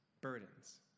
burdens